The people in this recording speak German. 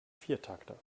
viertakter